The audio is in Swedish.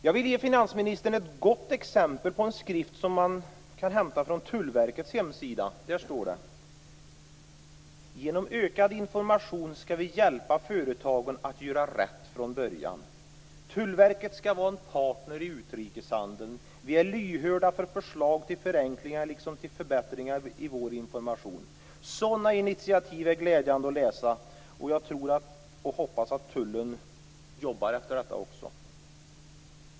Jag vill ge finansministern ett gott exempel på en skrift som man kan hämta från Tullverkets hemsida. Där står det: "Genom ökad information ska vi hjälpa företagen att göra 'Rätt från början'. Tullverket ska vara en partner i utrikeshandeln. - Vi är lyhörda för förslag till förenklingar liksom till förbättringar i vår information." Sådana initiativ är glädjande att läsa om, och jag tror och hoppas att Tullen jobbar efter detta också.